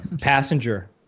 Passenger